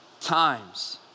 times